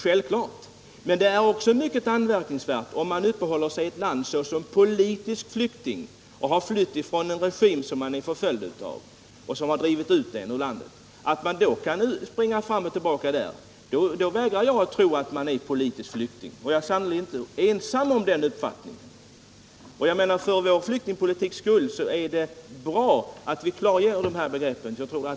Självklart, men det är också mycket anmärkningsvärt om man, när man uppehåller sig i ett land såsom politisk flykting och har flytt från en regim som man är förföljd av och som drivit ut en ur landet, kan resa fram och tillbaka utan hinder. Då vägrar jag att tro att man är politisk flykting. Jag är sannerligen inte ensam om den uppfattningen. För vår flyktingpolitiks skull vore det bra om vi klargjorde dessa begrepp.